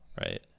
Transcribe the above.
right